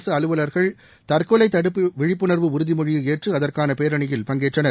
அரசு அலுவலர்கள் தற்கொலை தடுப்பு விழிப்புணர்வு உறுதிமொழியை ஏற்று அதற்கான பேரணியில் பங்கேற்றனர்